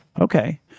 Okay